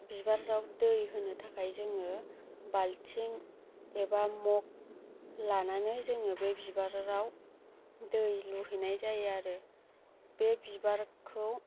बिबाराव दै होनो थाखाय जोङो बाल्टिं एबा मग लानानै जोङो बे बिबाराव दै लुहैनाय जायो आरो बे बिबारखौ